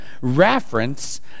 reference